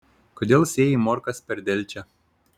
kodėl sėjai morkas per delčią